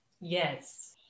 Yes